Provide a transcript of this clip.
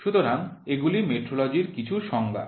সুতরাং এগুলি মেট্রোলজির কিছু সংজ্ঞা